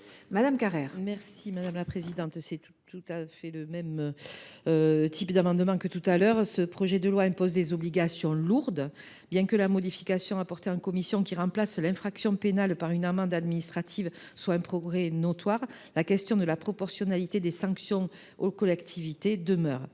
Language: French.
: La parole est à Mme Maryse Carrère. C’est le même type d’amendement que tout à l’heure. Ce projet de loi impose des obligations lourdes. Bien que la modification apportée par la commission spéciale, qui remplace l’infraction pénale par une amende administrative, soit un progrès notoire, la question de la proportionnalité des sanctions aux collectivités demeure.